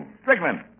Strickland